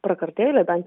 prakartėlė bent